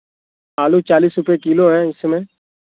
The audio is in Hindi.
आलू चालीस रुपये किलो है इस समय